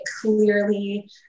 clearly